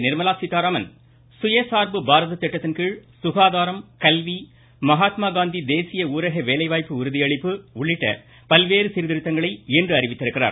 நிர்மலா சீத்தாராமன் சுய சார்பு பாரத திட்டத்தின்கீழ் சுகாதாரம் கல்வி மகாத்மா காந்தி தேசிய ஊரக வேலை வாய்ப்பு உறுதி அளிப்பு உள்ளிட்ட பல்வேறு சீர்திருத்தங்களை இன்று அறிவித்திருக்கிறார்